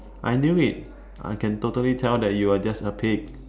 I knew it I can totally tell that you are just a pig